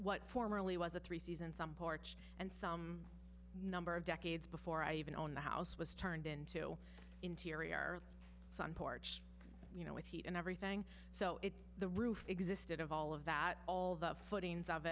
what formerly was a three c's and some porch and some number of decades before i even own the house was turned into interior sunporch you know with heat and everything so if the roof existed of all of that all the